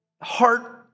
heart